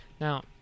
Now